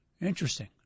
Interesting